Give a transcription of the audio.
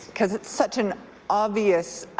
because it's such an obvious